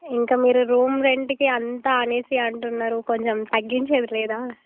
ఇంకా మీరు రూమ్ రెంట్కి అంత అనేసి అంటున్నారు కొంచెం తగ్గించేది లేదా